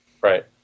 right